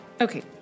okay